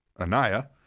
Anaya